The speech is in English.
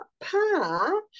Pa